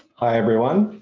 hi everyone